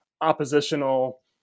oppositional